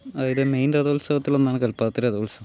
അതായത് മെയിൻ രഥോത്സവത്തിലൊന്നാണ് കൽപ്പാത്തി രഥോത്സവം